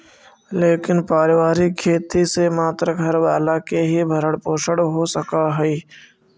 लेकिन पारिवारिक खेती से मात्र घर वाला के ही भरण पोषण हो सकऽ हई